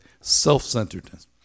self-centeredness